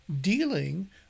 dealing